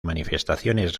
manifestaciones